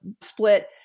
split